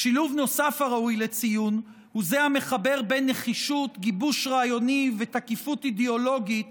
השילוב הזה בין חומר לרוח ובין